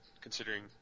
considering